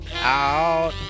Out